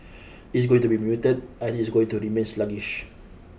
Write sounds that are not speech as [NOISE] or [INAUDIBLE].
[NOISE] it is going to be muted I think it is going to remain sluggish